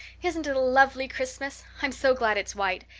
isn't it a lovely christmas? i'm so glad it's white.